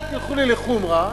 אל תלכו לי לחומרה